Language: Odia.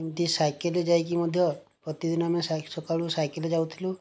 ଏମିତି ସାଇକେଲ୍ରେ ଯାଇକି ମଧ୍ୟ ପ୍ରତିଦିନ ଆମେ ସକାଳୁ ସାଇକେଲ୍ରେ ଯାଉଥିଲୁ